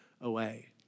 away